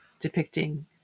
depicting